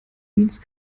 means